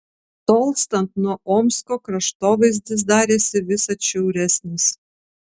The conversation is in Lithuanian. tolstant nuo omsko kraštovaizdis darėsi vis atšiauresnis